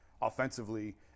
offensively